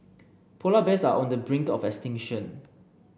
polar bears are on the brink of extinction